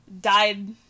died